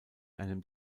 einem